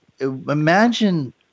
Imagine